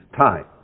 time